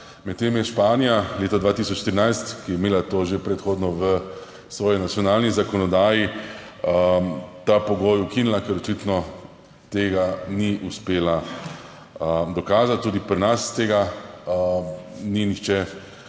Medtem je Španija leta 2013, ki je imela to že predhodno v svoji nacionalni zakonodaji, ta pogoj ukinila, ker očitno tega ni uspela dokazati. Tudi pri nas tega ni nihče